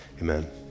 amen